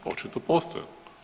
Očito postoje.